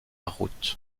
route